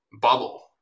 bubble